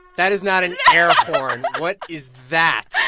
that is not an air horn. what is that?